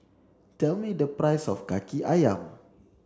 tell me the price of Kaki Ayam